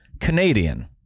Canadian